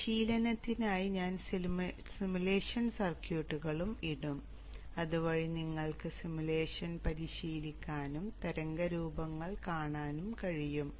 പരിശീലനത്തിനായി ഞാൻ സിമുലേഷൻ സർക്യൂട്ടുകളും ഇടും അതുവഴി നിങ്ങൾക്ക് സിമുലേഷനുകൾ പരിശീലിക്കാനും തരംഗ രൂപങ്ങൾ കാണാനും കഴിയും